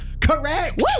correct